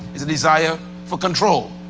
is a desire for control.